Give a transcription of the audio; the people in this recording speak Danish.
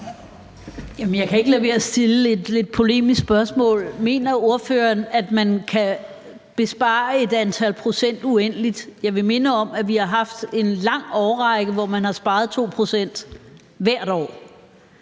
jeg kan ikke lade være at stille et lidt polemisk spørgsmål. Mener ordføreren, at man kan spare et antal procent uendeligt? Jeg vil minde om, at vi har haft en lang årrække, hvor man har sparet 2 pct. hvert år.